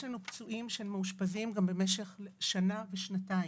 יש לנו פצועים שמאושפזים גם למשך שנה ושנתיים.